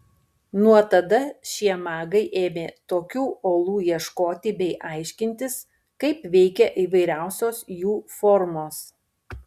nuo tada šie magai ėmė tokių olų ieškoti bei aiškintis kaip veikia įvairiausios jų formos